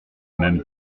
même